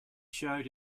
showed